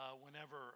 whenever